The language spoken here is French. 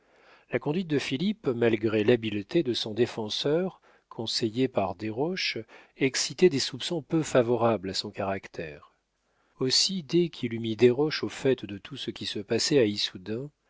la conduite de philippe malgré l'habileté de son défenseur conseillé par desroches excitait des soupçons peu favorables à son caractère aussi dès qu'il eut mis desroches au fait de tout ce qui se passait à issoudun